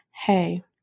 hey